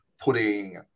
putting